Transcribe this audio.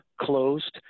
closed